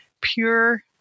pure